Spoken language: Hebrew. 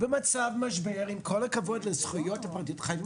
במצב משבר - עם כל הכבוד לזכויות הפרטיות - חייבים